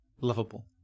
lovable